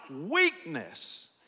weakness